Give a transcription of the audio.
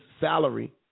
salary